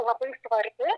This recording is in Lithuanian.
labai svarbi